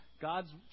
God's